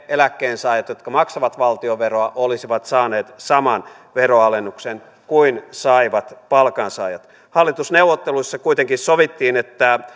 eläkkeensaajat jotka maksavat valtionveroa olisivat saaneet saman veronalennuksen kuin saivat palkansaajat hallitusneuvotteluissa kuitenkin sovittiin että